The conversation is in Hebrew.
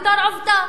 בתור עובדה,